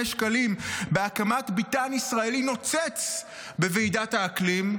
שקלים בהקמת ביתן ישראלי נוצץ בוועידת האקלים,